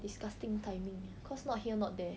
disgusting timing eh cause not here not there